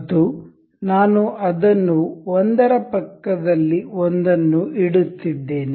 ಮತ್ತು ನಾನು ಅದನ್ನು ಒಂದರ ಪಕ್ಕದಲ್ಲಿ ಒಂದನ್ನು ಇಡುತ್ತಿದ್ದೇನೆ